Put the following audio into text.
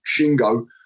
Shingo